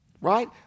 Right